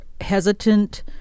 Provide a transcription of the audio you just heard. hesitant